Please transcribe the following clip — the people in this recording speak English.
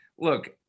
Look